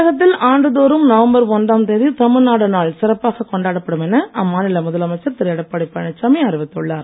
தமிழகத்தில் ஆண்டுதோறும் நவம்பர் ஒன்றாம் தேதி தமிழ்நாடு நாள் கொண்டாடப்படும் என அம்மாநில முதலமைச்சர் சிறப்பாகக் பழனிசாமி அறிவித்துள்ளார்